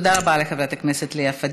תודה רבה לחברת הכנסת לאה פדידה.